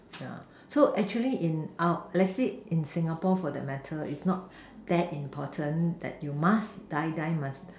yeah so actually in our lets say in Singapore for that matter its not that important that you must die die must